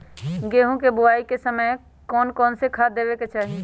गेंहू के बोआई के समय कौन कौन से खाद देवे के चाही?